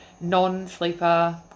non-sleeper